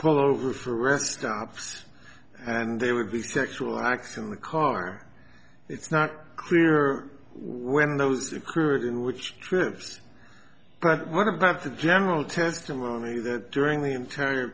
pull over for a rest stops and they would be sexual acts in the car it's not clear when those security which trips but what about the general testimony that during the entire